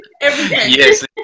Yes